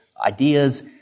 ideas